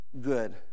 good